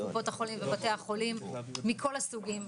קופות החולים ובתי החולים מכל הסוגים,